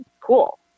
cool